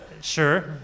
Sure